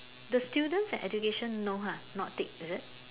the students and education no !huh! not ticked is it